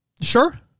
Sure